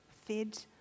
fed